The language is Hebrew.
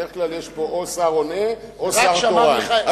בדרך כלל יש פה או שר עונה או שר תורן.